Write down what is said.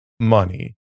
money